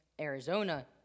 Arizona